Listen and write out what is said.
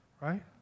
Right